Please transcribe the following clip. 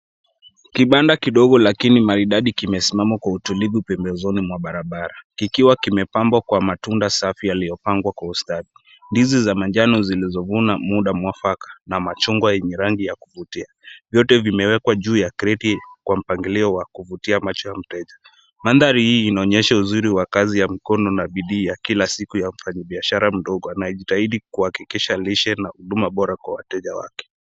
Kibanda kidogo lakini maridadi kimesimama kwa utulivu pembezoni mwa barabara, kikiwa kimepambwa kwa matunda safi yaliyopangwa kwa ustadi. Ndizi za manjano zilizovunwa muda mwafaka na machungwa yenye rangi ya kuvutia . Vyote vimewekwa juu ya kreti kwa mpangilio ya kuvutia macho ya mteja. Mandhari hii inaonyesha uzuri wa kazi ya mkono na bidii ya kila siku ya mfanyibiashara mdogo anayejitahidhi kuhakikisha lishe na huduma bora kwa wateja wake.